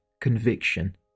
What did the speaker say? conviction